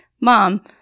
mom